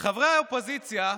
חברי האופוזיציה,